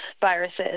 viruses